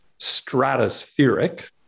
stratospheric